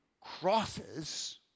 crosses